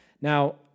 Now